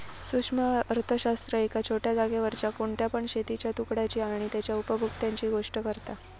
सूक्ष्म अर्थशास्त्र एका छोट्या जागेवरच्या कोणत्या पण शेतीच्या तुकड्याची आणि तेच्या उपभोक्त्यांची गोष्ट करता